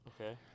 okay